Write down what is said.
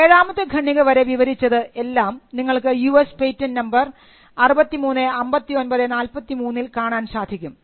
ഏഴാമത്തെ ഖണ്ണിക വരെ വിവരിച്ചത് എല്ലാം നിങ്ങൾക്ക് യുഎസ് പേറ്റന്റ് നമ്പർ 635943 ൽ കാണാൻ സാധിക്കും